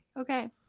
Okay